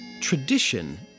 tradition